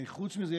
חוץ מזה,